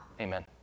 Amen